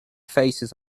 faces